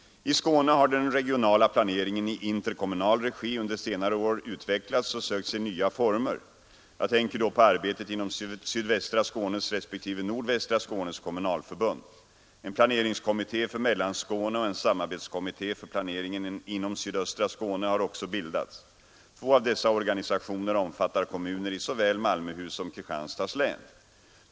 I Skåne har den regionala planeringen i interkommunal regi under senare år utvecklats och sökt sig nya former. Jag tänker då på arbetet inom Sydvästra Skånes respektive Nordvästra Skånes kommunalförbund. En planeringskommitté för Mellanskåne och en samarbetskommitté för planeringen inom sydöstra Skåne har också bildats. Två av dessa organisationer omfattar kommuner i såväl Malmöhus som Kristianstads län.